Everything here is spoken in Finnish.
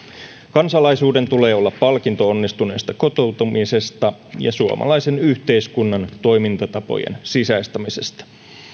kansalaisuuden tulee olla palkinto onnistuneesta kotoutumisesta ja suomalaisen yhteiskunnan toimintatapojen sisäistämisestä